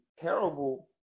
terrible